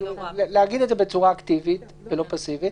להגיד את זה בצורה אקטיבית ולא פסיבית.